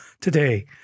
today